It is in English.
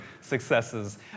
successes